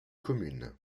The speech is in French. communes